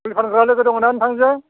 मुलि फानग्रा लोगो दङना नोंथांजों